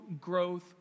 growth